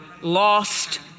lost